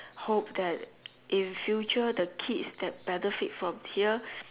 hope that in future the kids that benefit from here